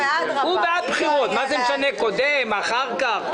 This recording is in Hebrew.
הוא בעד בחירות, מה זה משנה קודם, אחר כך.